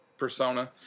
persona